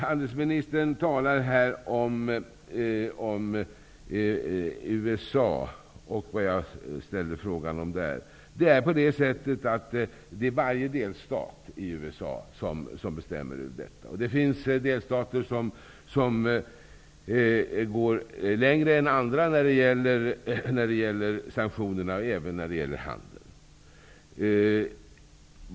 Handelsministern nämnde den fråga jag ställde om USA. I USA är det varje enskild delstat som fattar beslut i dessa frågor. Det finns delstater som går längre än andra när det gäller sanktionerna och även när det gäller handel.